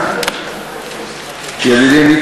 ידידי,